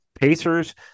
Pacers